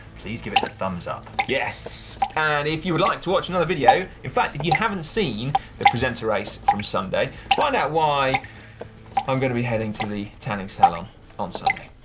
please give it a thumbs up. yes. and if you would like to watch another video, in fact if you haven't seen the presenter race from sunday, find out why i'm going to be heading to the tanning salon on sunday.